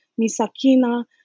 misakina